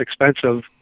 expensive